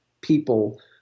people